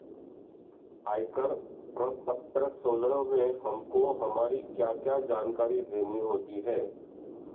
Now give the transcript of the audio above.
आयकर प्रपत्र सोलह में हमको हमारी क्या क्या जानकारी देनी होती है?